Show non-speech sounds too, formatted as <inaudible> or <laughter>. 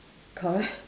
correct <laughs>